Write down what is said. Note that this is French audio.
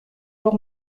jour